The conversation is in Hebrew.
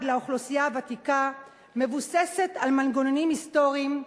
לאוכלוסייה הוותיקה מבוססת על מנגנונים היסטוריים,